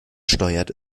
steuert